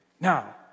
Now